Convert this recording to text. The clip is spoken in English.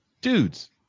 dudes